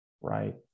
right